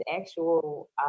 actual